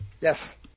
Yes